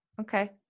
Okay